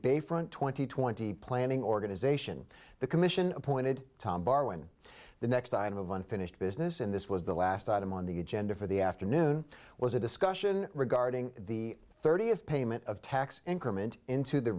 bayfront twenty twenty planning organization the commission appointed tom barr when the next item of unfinished business in this was the last item on the agenda for the afternoon was a discussion regarding the thirtieth payment of tax increment into the